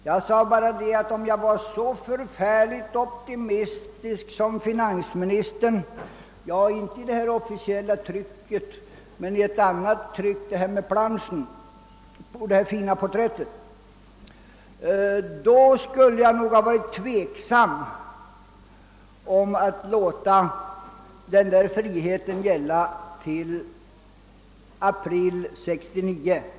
Jag sade bara att om jag vore så optimistisk som finansministern — inte i här föreliggande officiella tryck men väl i ett annat, nämligen på den bekanta planschen med det fina porträttet — skulle jag säkerligen varit tveksam inför att låta den friheten gälla till april 1969.